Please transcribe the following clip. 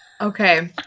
Okay